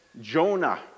Jonah